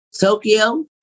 Tokyo